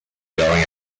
going